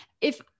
if-